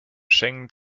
schengen